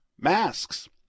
masks